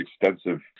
extensive